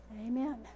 Amen